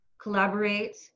collaborate